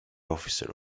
officer